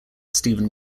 stephen